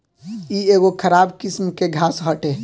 इ एगो खराब किस्म के घास हटे